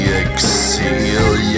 exhale